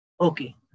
Okay